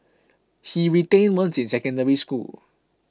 he retained once in Secondary School